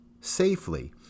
safely